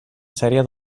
sèrie